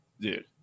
Dude